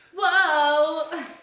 Whoa